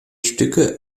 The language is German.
stücke